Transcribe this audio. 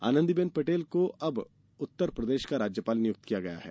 आनंदीबेन पटेल को अब उत्तरप्रदेश का राज्यपाल नियुक्त किया गया है